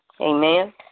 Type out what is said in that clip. Amen